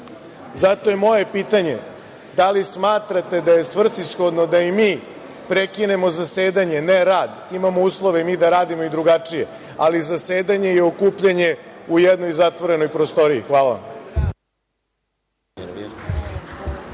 je moje pitanje - da li smatrate da je svrsishodno da i mi prekinemo zasedanje, ne rad, imamo uslove i mi da radimo drugačije, ali zasedanje i okupljanje u jednoj zatvorenoj prostoriji? Hvala vam.